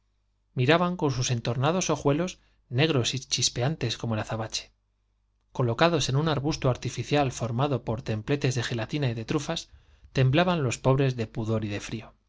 miraban con sus complexión era chispeantes como el aza entornados ojuelos negros y bache colocados en un arbusto artificial formado por temblaban los pobres templetes de gelatina y de trufas de pudor y de frío